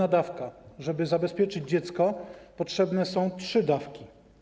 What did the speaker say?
Po to, by zabezpieczyć dziecko, potrzebne są trzy dawki.